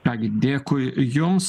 ką gi dėkui jums